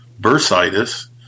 bursitis